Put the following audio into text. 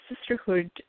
Sisterhood